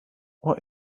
what